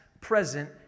Present